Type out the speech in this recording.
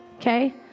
okay